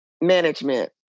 management